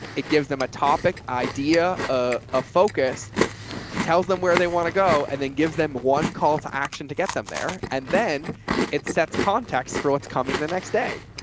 it gives them a topic idea. ah a focus tells them where they want to go and then gives them one call to action to get them there. and then it sets context for what's coming the next day.